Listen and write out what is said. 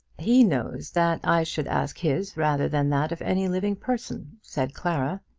he knows that i should ask his rather than that of any living person, said clara.